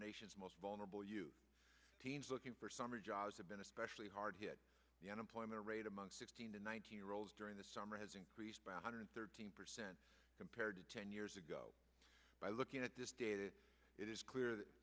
nation's most vulnerable you are looking for summer jobs have been especially hard hit the unemployment rate among sixteen to one thousand year olds during the summer has increased by one hundred thirteen percent compared to ten years ago by looking at this data it is clear that